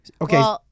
Okay